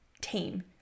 team